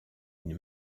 une